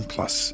Plus